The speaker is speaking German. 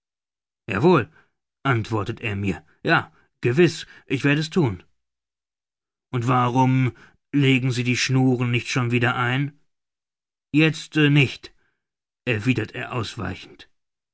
wohl antwortet er mir ja gewiß ich werde es thun und warum legen sie die schnuren nicht schon wieder ein jetzt nicht erwidert er ausweichend